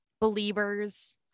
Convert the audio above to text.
believers